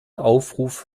aufruf